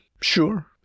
sure